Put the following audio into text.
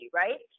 right